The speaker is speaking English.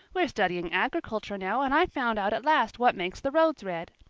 we're studying agriculture now and i've found out at last what makes the roads red.